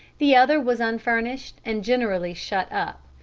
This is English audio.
the other was unfurnished, and generally shut up.